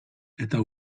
eta